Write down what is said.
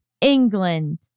England